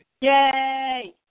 Yay